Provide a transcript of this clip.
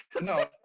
No